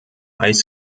high